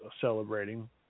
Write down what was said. celebrating